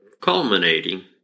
culminating